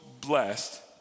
blessed